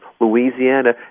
Louisiana